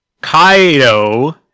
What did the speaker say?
Kaido